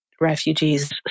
refugees